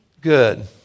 Good